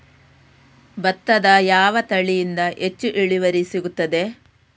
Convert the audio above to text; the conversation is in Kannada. ಭತ್ತದ ಯಾವ ತಳಿಯಿಂದ ಹೆಚ್ಚು ಇಳುವರಿ ಸಿಗುತ್ತದೆ?